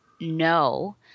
no